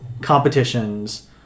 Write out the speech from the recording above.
competitions